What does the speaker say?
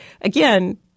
again